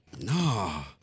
Nah